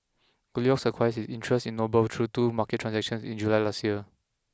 goldilocks acquired its interest in Noble through two market transactions in July last year